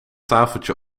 tafeltje